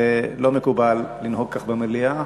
זה לא מקובל לנהוג כך במליאה.